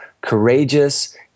courageous